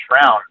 round